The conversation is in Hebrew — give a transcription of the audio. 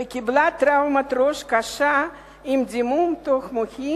וסבלה מטראומת ראש קשה עם דימום תוך-מוחי